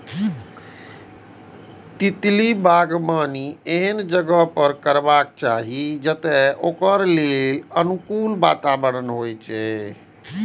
तितली बागबानी एहन जगह पर करबाक चाही, जतय ओकरा लेल अनुकूल वातावरण होइ